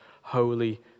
holy